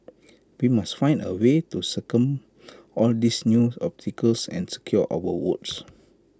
we must find A way to circum all these new obstacles and secure our votes